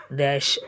dash